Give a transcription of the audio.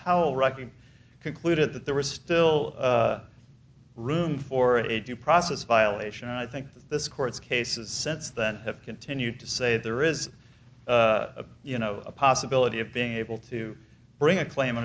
powell writing concluded that there was still room for a due process violation and i think this court's cases since then have continued to say there is a you know a possibility of being able to bring a claim